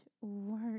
work